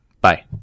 Bye